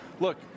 look